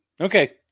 Okay